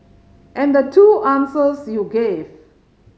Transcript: and the two answers you gave